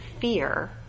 fear